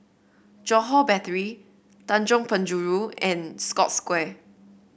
Johore Battery Tanjong Penjuru and Scotts Square